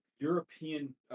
European